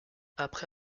après